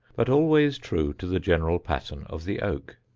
but always true to the general pattern of the oak.